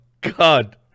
God